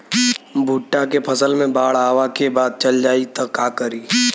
भुट्टा के फसल मे बाढ़ आवा के बाद चल जाई त का करी?